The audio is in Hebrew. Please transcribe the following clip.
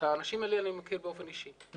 את האנשים האלה אני מכיר באופן אישי.